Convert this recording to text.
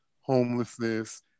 Homelessness